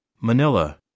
Manila